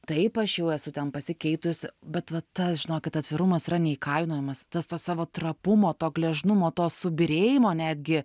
taip aš jau esu ten pasikeitus bet va tas žinokit atvirumas yra neįkainojamas tas to savo trapumo to gležnumo to subyrėjimo netgi